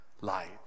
light